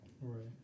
Right